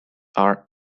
are